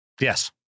Yes